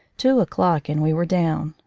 two o'clock, and we were down.